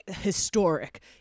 historic